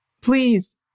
please